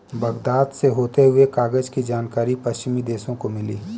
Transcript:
Baghdad से होते हुए कागज की जानकारी पश्चिमी देशों को मिली